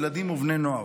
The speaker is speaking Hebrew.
ילדים ובני נוער.